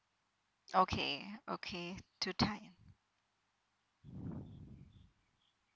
okay okay two time